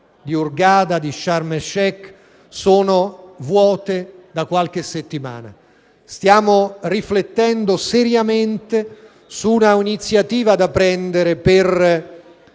di Hurgada e di Sharm El Sheikh sono vuote da qualche settimana. Stiamo riflettendo seriamente su una iniziativa da prendere per